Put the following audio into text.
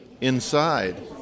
inside